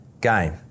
game